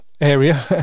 area